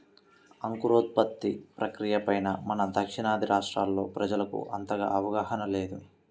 అంకురోత్పత్తి ప్రక్రియ పైన మన దక్షిణాది రాష్ట్రాల్లో ప్రజలకు అంతగా అవగాహన లేదు